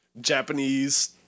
Japanese